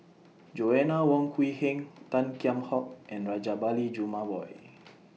Joanna Wong Quee Heng Tan Kheam Hock and Rajabali Jumabhoy